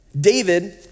David